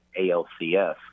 ALCS